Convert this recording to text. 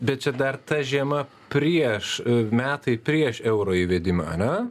bet čia dar ta žiema prieš metai prieš euro įvedimą a ne